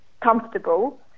comfortable